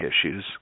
issues